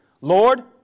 Lord